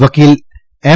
વકીલ એમ